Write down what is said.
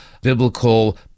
biblical